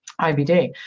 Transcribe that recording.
IBD